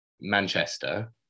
manchester